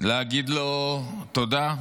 להגיד לו תודה.